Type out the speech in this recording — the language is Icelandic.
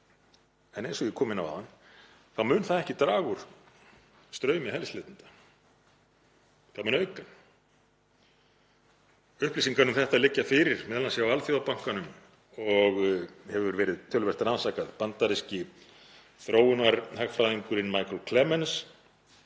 en eins og ég kom inn á áðan þá mun það ekki draga úr straumi hælisleitenda, það mun auka hann. Upplýsingar um þetta liggja fyrir, m.a. hjá Alþjóðabankanum, og hefur verið töluvert rannsakað. Bandaríski þróunarhagfræðingurinn Michael Clemens